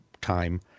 time